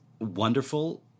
wonderful